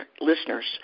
listeners